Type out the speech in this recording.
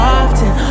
often